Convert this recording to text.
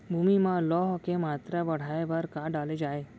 भूमि मा लौह के मात्रा बढ़ाये बर का डाले जाये?